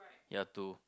ya two